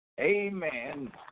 Amen